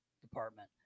department